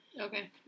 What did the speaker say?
Okay